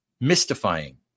mystifying